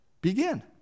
Begin